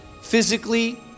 physically